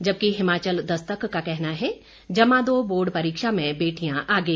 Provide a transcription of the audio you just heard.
जबकि हिमाचल दस्तक का कहना है जमा दो बोर्ड परीक्षा में बेटियां आगे